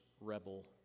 rebel